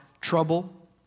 trouble